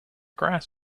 grass